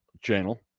channel